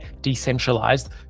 decentralized